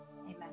Amen